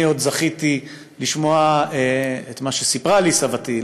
אני עוד זכיתי לשמוע את מה שסיפרה לי סבתי,